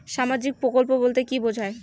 সামাজিক প্রকল্প বলতে কি বোঝায়?